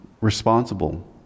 responsible